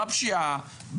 בפשיעה,